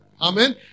Amen